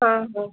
हँ हँ